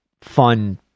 fun